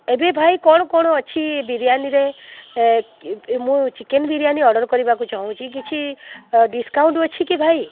ଏବେ ଭାଇ କ'ଣ କ'ଣ ଅଛି ବିରିୟାନୀରେ ମୁଁ ଚିକେନ୍ ବିରିୟାନୀ ଅର୍ଡର୍ କରିବାକୁ ଚାଁହୁଛି କିଛି ଡିସକାଉଣ୍ଟ୍ ଅଛି କି ଭାଇ